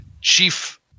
chief